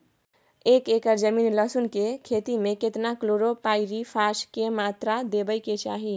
एक एकर जमीन लहसुन के खेती मे केतना कलोरोपाईरिफास के मात्रा देबै के चाही?